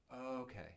Okay